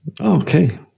Okay